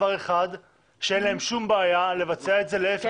1. שאין להם שום בעיה לבצע את זה להפך,